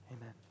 Amen